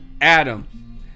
Adam